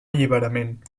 alliberament